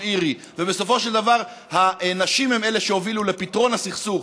ובסופו של דבר הנשים הן שהובילו לפתרון הסכסוך